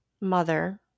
mother